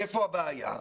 איפה הבעיה?